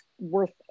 worth